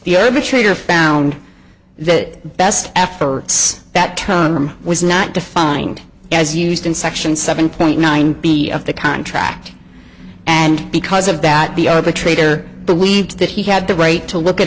the arbitrator found that best efforts that term was not defined as used in section seven point nine b of the contract and because of that the arbitrator believed that he had the right to look at